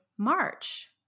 March